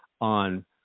on